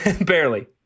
Barely